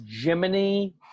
jiminy